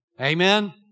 Amen